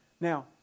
Now